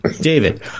David